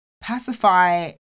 pacify